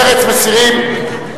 מרצ, מסירים?